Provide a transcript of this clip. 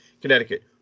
Connecticut